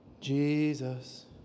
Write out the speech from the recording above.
Jesus